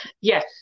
Yes